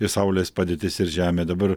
ir saulės padėtis ir žemė dabar